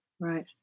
right